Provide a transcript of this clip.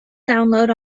download